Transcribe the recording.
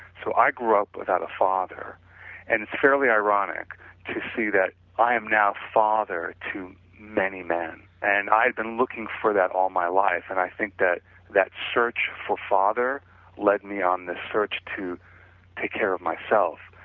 so i grew up without a father and it's fairly ironic to see that i am now father to many men and i've been looking for that all my life, and i think that that search for father led me on the search to take care of myself,